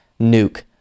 nuke